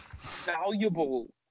valuable